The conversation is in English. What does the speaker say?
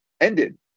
ended